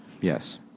Yes